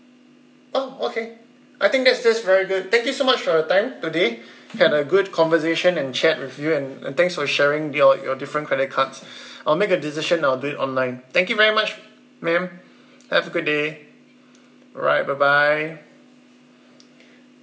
oh okay I think that's that's very good thank you so much for your time today had a good conversation and chat with you and uh thanks for sharing your your different credit cards I'll make a decision I'll do it online thank you very much ma'am have a good day alright bye bye